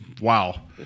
Wow